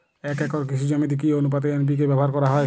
এক একর কৃষি জমিতে কি আনুপাতে এন.পি.কে ব্যবহার করা হয়?